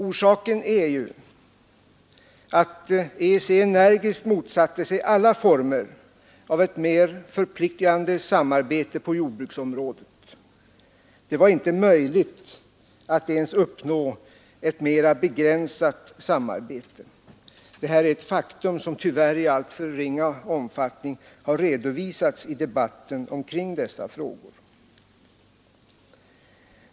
Orsaken är att EEC energiskt motsatte sig alla former av ett mer förpliktande samarbete på jordbruksområdet. Det var inte möjligt att ens uppnå ett mera begränsat samarbete. Detta är ett faktum som tyvärr i alltför ringa omfattning har redovisats i debatten.